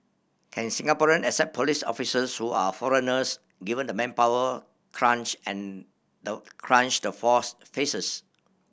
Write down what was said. can Singaporean accept police officers who are foreigners given the manpower crunch and the crunch the force faces